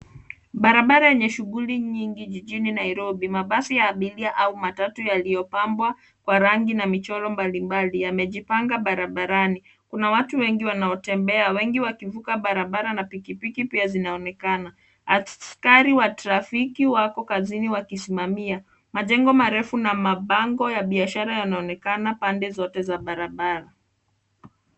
Barabara yenye shughuli nyingi jijini Nairobi. Mabasi ya abiria au matatu yaliyopambwa kwa rangi na michoro mbalimbali yamejipanga barabarani. Kuna watu wengi wanaotembea, wengi wakivuka barabara na pikipiki pia zinaonekana. Askari wa tarfiki wako kazini wakisimamia. Majengo marefu na mabango ya biashara yanaonekana pande zote za barabara.